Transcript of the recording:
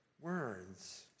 words